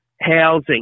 housing